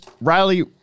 Riley